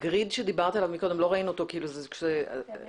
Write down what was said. טלי יער קוסט, בבקשה.